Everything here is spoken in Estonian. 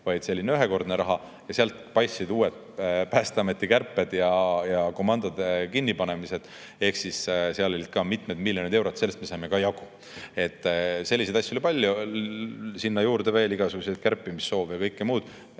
vaid ühekordne raha ja sealt paistsid uued Päästeameti kärped ja komandode kinnipanemised. Ehk siis seal olid ka mitmed miljonid eurod. Sellest me saime ka jagu. Selliseid asju oli palju, sinna juurde veel igasuguseid kärpimissoove ja kõike muud.